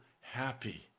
happy